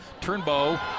Turnbow